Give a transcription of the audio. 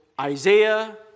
Isaiah